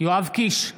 יואב קיש,